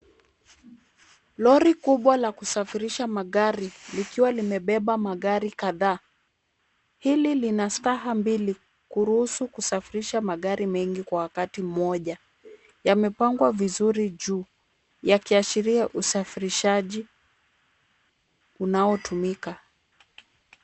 Lori kubwa la kusafirisha magari likiwa limebeba magari kadhaa. Hili lina staha mbili kuruhusu kusafirisha magari mengi kwa wakati mmoja. Yamepangwa vizuri juu yakiashiria usafirishaji unaotumika.